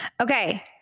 Okay